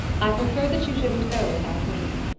i prefer that you shouldn't go without me.